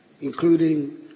including